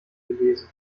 gelesen